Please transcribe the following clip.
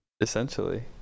essentially